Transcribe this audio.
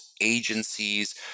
agencies